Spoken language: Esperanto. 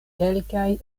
kelkaj